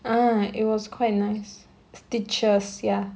uh it was quite nice stitchers ya